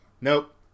Nope